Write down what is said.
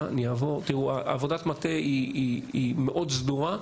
עבודת המטה היא מאוד סדורה,